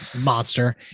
Monster